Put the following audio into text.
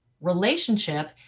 relationship